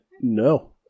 No